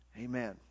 Amen